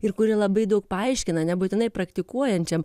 ir kuri labai daug paaiškina nebūtinai praktikuojančiam